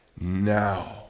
now